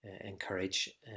encourage